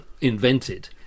invented